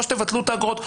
או שתבטלו את האגרות,